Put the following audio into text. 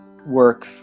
work